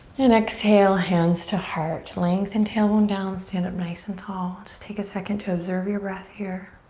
and exhale hands to heart. length and tailbone down. stand up nice and tall. just take a second to observe your breath here.